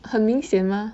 很明显吗